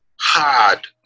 hard